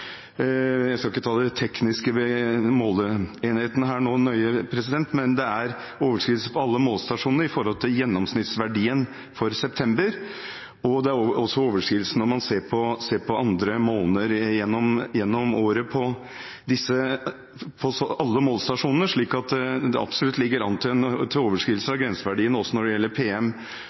Jeg skal ikke ta det tekniske ved måleenhetene her nå så nøye, men det er altså overskridelse av gjennomsnittsverdien for september på alle målestasjonene, og det er også overskridelse på andre måneder gjennom året, på alle målestasjonene. Så det ligger absolutt an til overskridelse av grenseverdier også når det gjelder PM2,5, det fineste svevestøvet, men også når det gjelder